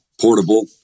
portable